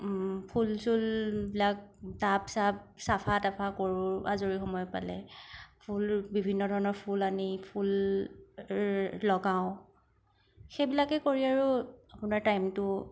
ফুল চুলবিলাক টাব চাব চাফা টাফা কৰোঁ আজৰি সময় পালে ফুল বিভিন্ন ধৰণৰ ফুল আনি ফুল লগাওঁ সেইবিলাকে কৰি আৰু আপোনাৰ টাইমটো